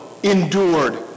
endured